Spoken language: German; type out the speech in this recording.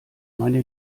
meine